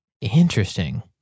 Interesting